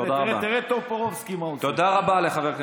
תודה רבה.